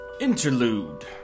Interlude